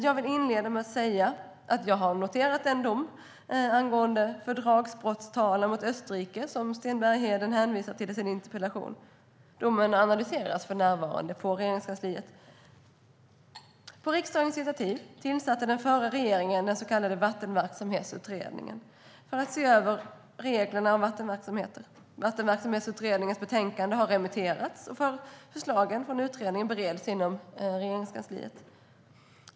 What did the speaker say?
Jag vill inleda med att jag har noterat den dom angående fördragsbrottstalan mot Österrike som Sten Bergheden hänvisar till i sin interpellation. Domen analyseras för närvarande inom Regeringskansliet. På riksdagens initiativ tillsatte den förra regeringen Vattenverksamhetsutredningen, för att se över reglerna för vattenverksamheter. Vattenverksamhetsutredningens betänkanden har remitterats, och förslagen från utredningen bereds inom Regeringskansliet.